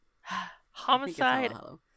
Homicide